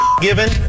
given